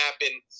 happen